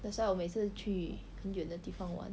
that's why 我每次去很远的地方玩